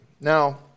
Now